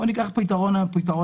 בואו ניקח את פתרון המיגון.